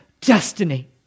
destiny